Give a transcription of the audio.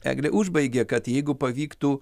eglė užbaigė kad jeigu pavyktų